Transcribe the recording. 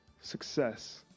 success